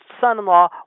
son-in-law